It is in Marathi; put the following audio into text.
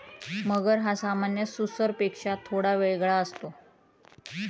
मगर हा सामान्य सुसरपेक्षा थोडा वेगळा असतो